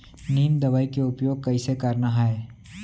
नीम दवई के उपयोग कइसे करना है?